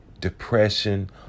depression